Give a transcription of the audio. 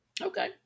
Okay